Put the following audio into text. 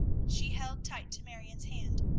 she held tight to marion's hand.